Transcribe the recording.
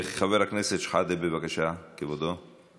חבר הכנסת שחאדה, בבקשה, כבודו.